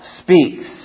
speaks